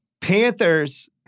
Panthers